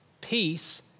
peace